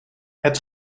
het